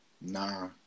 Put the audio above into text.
Nah